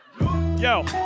Yo